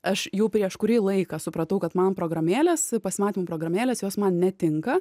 aš jau prieš kurį laiką supratau kad man programėlės pasimatymų programėlės jos man netinka